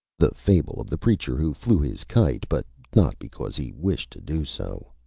the fable of the preacher who flew his kite, but not because he wished to do so